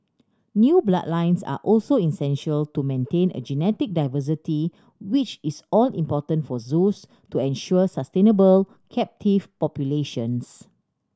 new bloodlines are also essential to maintain a genetic diversity which is all important for zoos to ensure sustainable captive populations